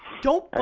don't,